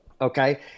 Okay